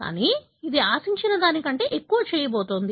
కాబట్టి ఇది ఆశించిన దానికంటే ఎక్కువ చేయబోతోంది